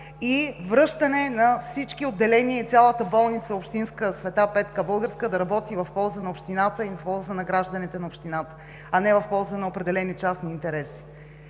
и връщане на всички отделения и цялата общинска болница „Света Петка Българска“ да работи в полза на общината и в полза на гражданите на общината, а не в полза на определени частни интереси.